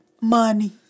money